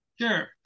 Sure